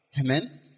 Amen